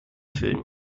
füllen